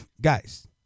guys